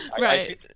Right